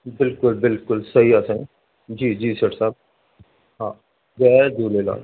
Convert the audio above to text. बिल्कुल बिल्कुल सही आहे साईं जी जी सेठ साहिबु हा जय झूलेलाल